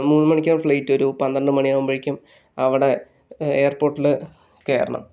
മൂന്ന് മണിക്കാണ് ഫ്ലൈറ്റ് പന്ത്രണ്ട് മണി ആകുമ്പോഴേക്കും അവിടെ എയർപോർട്ടിൽ കയറണം